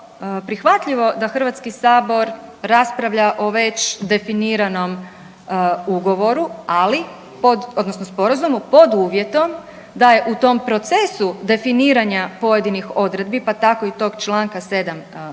prihvatljivo da HS raspravlja o već definiranom ugovoru, ali, pod, odnosno sporazumu, pod uvjetom da je u tom procesu definiranja pojedinih odredbi, pa tako i tog čl. 7